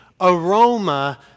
aroma